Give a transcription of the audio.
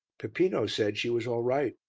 peppino said she was all right.